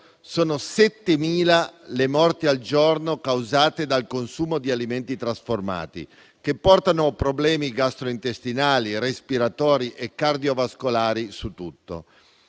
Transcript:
sono 7.000 le morti al giorno causate dal consumo di alimenti trasformati, che portano problemi gastrointestinali, respiratori e cardiovascolari su tutto.